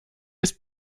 ist